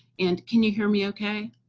and can you hear me okay?